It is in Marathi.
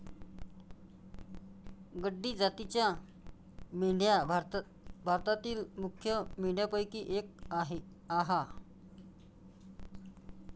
गड्डी जातीच्या मेंढ्या भारतातील मुख्य मेंढ्यांपैकी एक आह